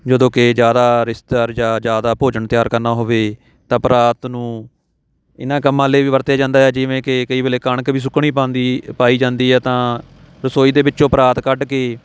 ਜਦੋਂ ਕਿ ਜ਼ਿਆਦਾ ਰਿਸ਼ਤੇਦਾਰ ਜਾਂ ਜ਼ਿਆਦਾ ਭੋਜਨ ਤਿਆਰ ਕਰਨਾ ਹੋਵੇ ਤਾਂ ਪਰਾਤ ਨੂੰ ਇਹਨਾਂ ਕੰਮਾਂ ਲਈ ਵੀ ਵਰਤਿਆ ਜਾਂਦਾ ਹੈ ਜਿਵੇਂ ਕਿ ਕਈ ਵੇਲੇ ਕਣਕ ਵੀ ਸੁੱਕਣੀ ਪਾਉਂਦੀ ਪਾਈ ਜਾਂਦੀ ਆ ਤਾਂ ਰਸੋਈ ਦੇ ਵਿੱਚੋਂ ਪਰਾਤ ਕੱਢ ਕੇ